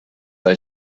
hij